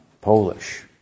Polish